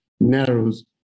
narrows